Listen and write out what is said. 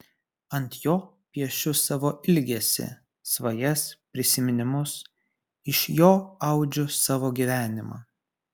ant jo piešiu savo ilgesį svajas prisiminimus iš jo audžiu savo gyvenimą